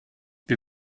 wir